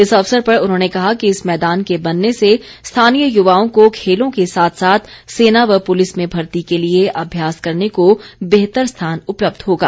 इस अवसर पर उन्होंने कहा कि इस मैदान के बनने से स्थानीय युवाओं को खेलों के साथ साथ सेना व पुलिस में भर्ती के लिए अभ्यास करने को बेहतर स्थान उपलब्ध होगा